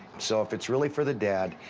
so if it's really for the dad,